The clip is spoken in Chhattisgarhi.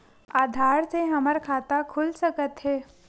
आधार से हमर खाता खुल सकत हे?